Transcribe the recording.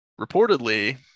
reportedly